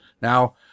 Now